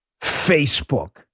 Facebook